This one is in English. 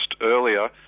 earlier